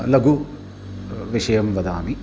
लघुविषयं वदामि